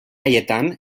haietan